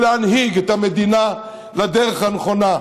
ולהנהיג את המדינה לדרך הנכונה.